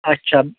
آچھا